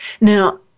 Now